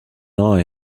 eye